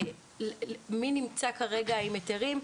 מי נמצא כרגע עם היתרים.